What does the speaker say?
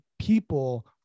people